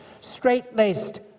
straight-laced